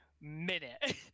minute